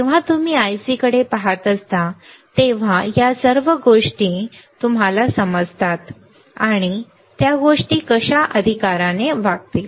जेव्हा तुम्ही IC कडे पहात असता तेव्हा या सर्व गोष्टी ज्या तुम्हाला समजतात त्या गोष्टी कशा अधिकाराने वागतील